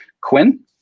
Quinn